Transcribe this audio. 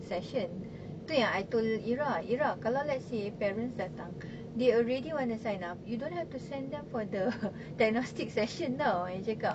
session tu yang I told ira ira kalau let's say parents datang they already want to sign up you don't have to send them for the diagnostic session ah I cakap